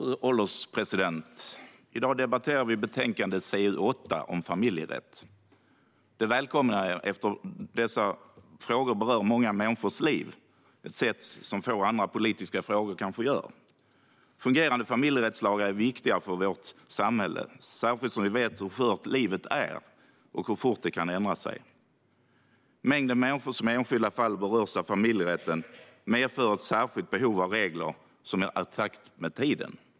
Fru ålderspresident! I dag debatterar vi betänkandet CU8 Familjerätt . Det välkomnar jag eftersom dessa frågor berör många människors liv på ett sätt som få andra politiska frågor gör. Fungerande familjerättslagar är viktiga för vårt samhälle, särskilt som vi vet hur skört livet är och hur fort det kan förändras. Mängden människor som i enskilda fall berörs av familjerätten medför ett särskilt behov av regler som är i takt med tiden.